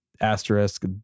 Asterisk